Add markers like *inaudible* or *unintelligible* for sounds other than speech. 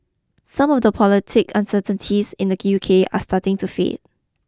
some of the political uncertainties in the *unintelligible* U K are starting to fade